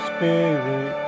Spirit